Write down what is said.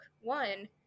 one